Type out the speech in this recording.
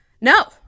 No